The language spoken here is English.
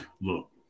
look